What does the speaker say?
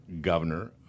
Governor